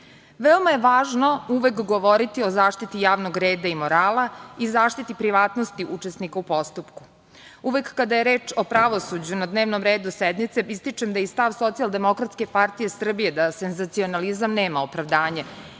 je važno uvek govoriti o zaštiti javnog reda i morala i zaštiti privatnosti učesnika u postupku. Uvek kada je reč o pravosuđu na dnevnom redu sednice, ističem da je i stav Socijaldemokratske partije Srbije da senzacionalizam nema opravdanje